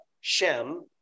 Shem